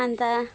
अन्त